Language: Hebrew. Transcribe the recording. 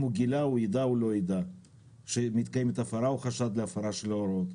אם הוא גילה או ידע או לא ידע שמתקיימת הפרה או חשד להפרה של ההוראות.